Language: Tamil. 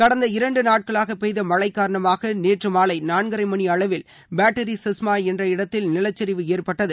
கடந்த இரண்டு நாட்களாக பெய்த மழை காரணமாக நேற்று மாலை நான்கரை மணி அளவில் பேட்டரி செஸ்மா என்ற இடத்தில் நிலச்சரிவு ஏற்பட்டது